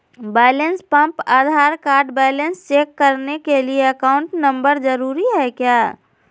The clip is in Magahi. Balance pump Aadhaar card balance check करने के लिए अकाउंट नंबर जरूरी है क्या?